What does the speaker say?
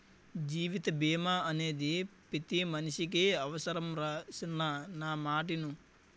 జీవిత బీమా అనేది పతి మనిసికి అవుసరంరా సిన్నా నా మాటిను